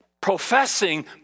professing